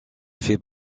fait